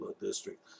District